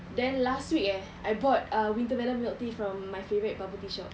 then last week eh I bought uh winter weather milk tea from my favourite bubble tea shop